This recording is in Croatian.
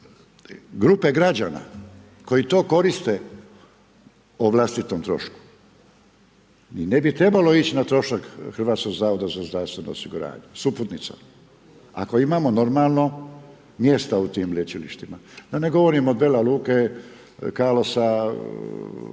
grupe građana koji to koriste o vlastitom trošku i ne bi trebalo ići na trošak HZZO-a s uputnicom ako imamo normalno mjesta u tim lječilištima. Da ne govorim od Vela Luke, …/Govornik